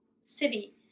city